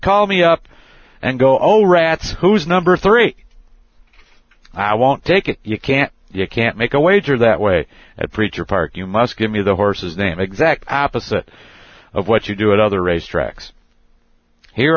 call me up and go oh rats who's number three i won't take it you can't you can't make a wager that way at preacher park you must give me the horses name exact opposite of what you do at other racetracks here